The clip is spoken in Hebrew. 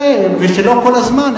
ולא כל הזמן,